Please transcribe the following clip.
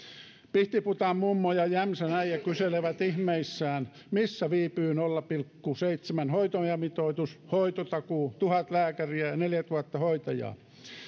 pihtiputaanmummo ja jämsänäijä kyselevät ihmeissään missä viipyvät nolla pilkku seitsemän hoitajamitoitus hoitotakuu tuhat lääkäriä ja neljätuhatta hoitajaa